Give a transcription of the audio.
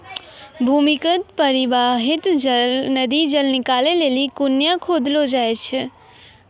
भूमीगत परबाहित नदी जल निकालै लेलि कुण्यां खोदलो जाय छै